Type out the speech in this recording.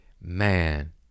Man